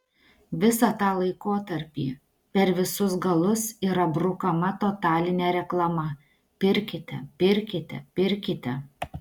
visą tą laikotarpį per visus galus yra brukama totalinė reklama pirkite pirkite pirkite